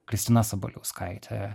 kristina sabaliauskaitė